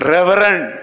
Reverend